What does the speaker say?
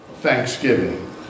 Thanksgiving